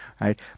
Right